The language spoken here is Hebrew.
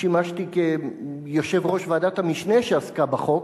שימשתי כיו"ר ועדת המשנה שעסקה בחוק,